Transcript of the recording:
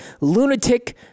lunatic